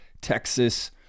Texas